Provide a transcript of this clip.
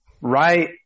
right